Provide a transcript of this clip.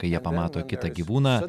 kai jie pamato kitą gyvūną